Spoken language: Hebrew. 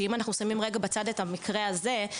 שאם אנחנו שמים רגע בצד את המקרה הזה,